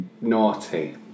naughty